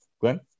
Glenn